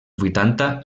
vuitanta